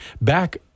back